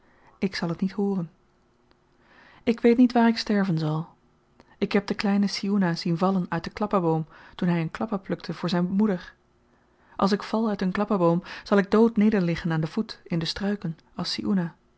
ik zal t niet hooren ik weet niet waar ik sterven zal ik heb den kleinen si oenah zien vallen uit den klappa boom toen hy een klappa plukte voor zyne moeder als ik val uit een klappa boom zal ik dood nederliggen aan den voet in de struiken